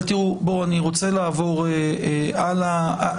אני רוצה לעבור הלאה.